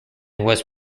was